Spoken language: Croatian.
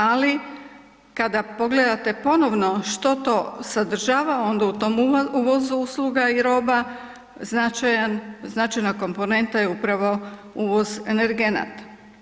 Ali kada pogledate ponovno što to sadržava onda u tom uvozu usluga i roba, značajna komponenta je upravo uvoz energenata.